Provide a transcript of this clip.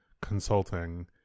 consulting